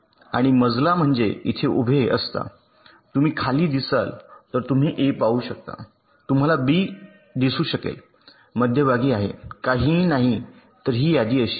आणि मजला म्हणजे इथे उभे असता तुम्ही खाली दिसाल तर तुम्ही ए पाहू शकता तुम्हाला बी दिसू शकेल मध्यभागी आहे काहीही नाही तर ही यादी अशी आहे